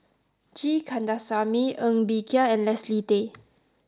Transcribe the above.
G Kandasamy Ng Bee Kia and Leslie Tay